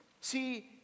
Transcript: See